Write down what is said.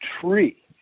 tree